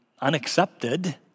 unaccepted